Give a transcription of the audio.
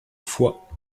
foix